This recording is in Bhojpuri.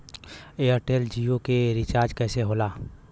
एयरटेल जीओ के रिचार्ज कैसे होला?